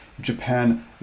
Japan